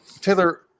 Taylor